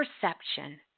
perception